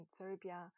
Serbia